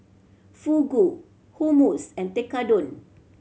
Fugu Hummus and Tekkadon